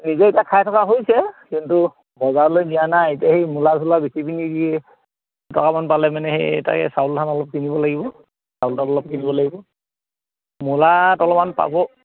নিজে এতিয়া খাই থকা হৈছে কিন্তু বজাৰলৈ নিয়া নাই এতিয়া সেই মূলা চোলা বেছি পিনি কি দুটকামান পালে মানে সেই তাকে চাউল ধান অলপ কিনিব লাগিব চাউল তাউল অলপ কিনিব লাগিব মূলাত অলপমান পাব